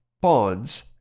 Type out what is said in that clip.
bonds